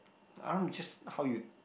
I don't know just how you